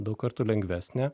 daug kartų lengvesnė